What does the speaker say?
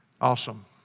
Awesome